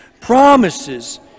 Promises